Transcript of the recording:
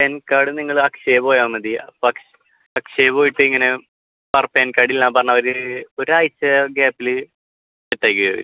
pan card നിങ്ങൾ അക്ഷയ പോയാൽ മതി അപ്പം അക്ഷയ പോയിട്ടിങ്ങനെ പർ പാൻ കാർഡ് ഇല്ല പറഞ്ഞാൽ അവർ ഒരാഴ്ച്ച ഗ്യാപ്പിൽ സെറ്റ് ആക്കി തരും